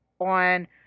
on